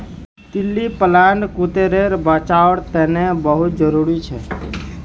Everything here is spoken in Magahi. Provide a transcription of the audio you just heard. तितली पालन कुदरतेर बचाओर तने बहुत ज़रूरी छे